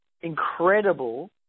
incredible